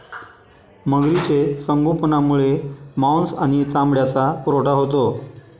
मगरीचे संगोपनामुळे मांस आणि चामड्याचा पुरवठा होतो